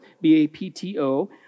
B-A-P-T-O